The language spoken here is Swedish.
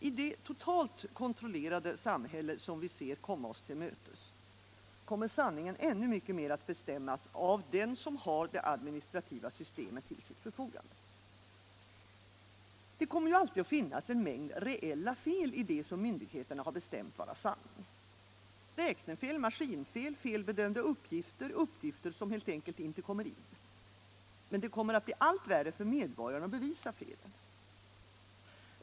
I det totalt kontrollerade samhälle som vi ser komma oss till mötes kommer sanningen att ännu mycket mer bestämmas av dem som har det administrativa systemet till sitt förfogande. Det kommer alltid att finnas en mängd reella fel i det som myndigheterna har bestämt vara sanning: räknefel, maskinfel, fel bedömda uppgifter och uppgifter som helt enkelt inte flyter in. Men det kommer att bli allt värre för medborgaren att bevisa felen.